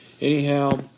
Anyhow